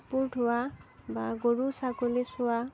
কাপোৰ ধোৱা বা গৰু ছাগলী চোৱা